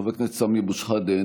חבר הכנסת סמי אבו שחאדה,